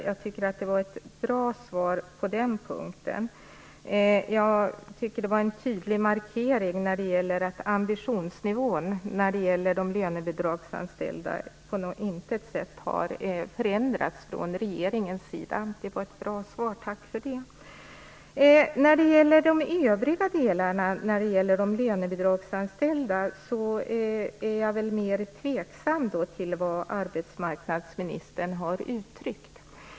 Jag tycker att det var ett bra svar på den punkten. Jag tycker att det var en tydlig markering av att ambitionsnivån när det gäller de lönebidragsanställda på intet sätt har förändrats från regeringens sida. Det var ett bra svar. Tack för det. När det i övrigt gäller de lönebidragsanställda är jag mer tveksam till vad arbetsmarknadsministern har uttryckt.